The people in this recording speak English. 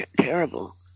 Terrible